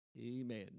Amen